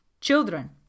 children